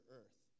earth